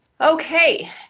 Okay